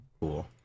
Cool